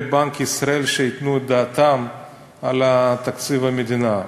בנק ישראל שייתנו את דעתם על תקציב המדינה.